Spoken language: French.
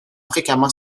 fréquemment